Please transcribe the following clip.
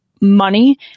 money